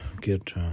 get